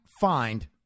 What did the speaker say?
find